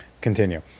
continue